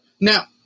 Now